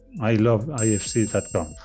iloveifc.com